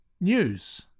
news